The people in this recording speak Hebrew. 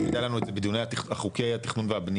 תמיד היה לנו את זה בחוקי התכנון והבניה.